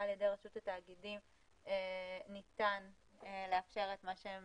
על ידי רשות התאגידים ניתן לאפשר את מה שהם